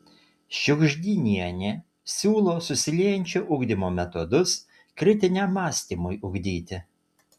šiugždinienė siūlo susiliejančio ugdymo metodus kritiniam mąstymui ugdyti